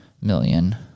million